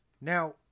Now